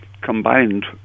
combined